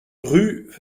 rue